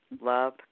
love